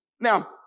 Now